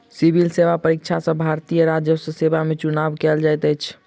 civil सेवा परीक्षा सॅ भारतीय राजस्व सेवा में चुनाव कयल जाइत अछि